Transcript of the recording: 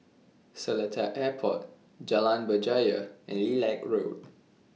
Seletar Airport Jalan Berjaya and Lilac Road